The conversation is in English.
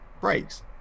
breaks